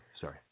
Sorry